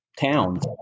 towns